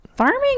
Farming